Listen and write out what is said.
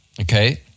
okay